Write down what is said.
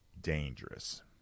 dangerous